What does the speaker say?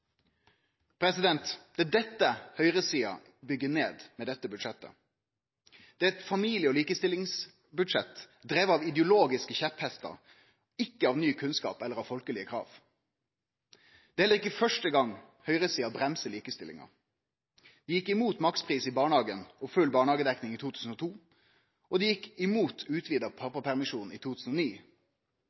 rettferd. Det er dette høgresida bygger ned med dette budsjettet. Det er eit familie- og likestillingsbudsjett drive av ideologiske kjepphestar – ikkje av ny kunnskap eller folkelege krav. Det er heller ikkje første gongen høgresida bremsar likestillinga. Dei gjekk imot makspris i barnehagen og full barnehagedekning i 2002, og dei gjekk imot utvida pappapermisjon i 2009.